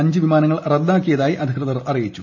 അഞ്ച് വിമാനങ്ങൾ റദ്ദാക്കിയതായി അധികൃതർ അറിയിച്ചു